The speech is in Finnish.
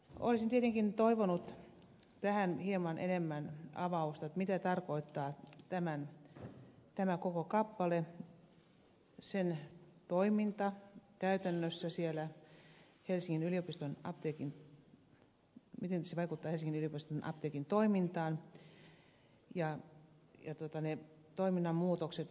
olisin tietenkin toivonut tähän hieman enemmän sen avausta mitä tarkoittaa tämä koko kappale sen toiminta käytännössä siellä helsingin yliopiston apteekissa miten se vaikuttaa helsingin yliopiston apteekin toimintaan ja mitä ovat ne toiminnan muutokset ja vaikutukset